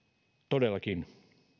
todellakin